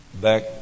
back